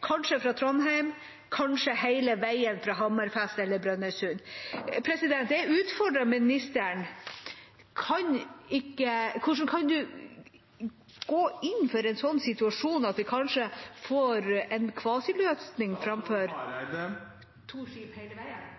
kanskje fra Trondheim, kanskje hele veien fra Hammerfest eller Brønnøysund. Jeg utfordrer ministeren: Hvordan kan han gå inn for en situasjon der vi kanskje får en kvasiløsning her – istedenfor to skip hele veien?